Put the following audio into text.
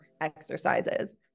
exercises